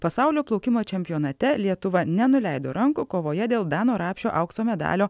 pasaulio plaukimo čempionate lietuva nenuleido rankų kovoje dėl dano rapšio aukso medalio